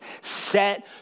set